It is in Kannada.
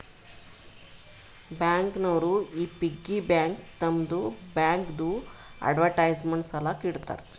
ಬ್ಯಾಂಕ್ ನವರು ಈ ಪಿಗ್ಗಿ ಬ್ಯಾಂಕ್ ತಮ್ಮದು ಬ್ಯಾಂಕ್ದು ಅಡ್ವರ್ಟೈಸ್ಮೆಂಟ್ ಸಲಾಕ ಇಡ್ತಾರ